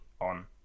on